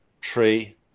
tree